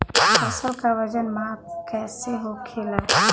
फसल का वजन माप कैसे होखेला?